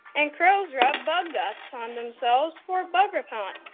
and crows rub bug guts on themselves for bug repellant.